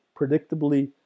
predictably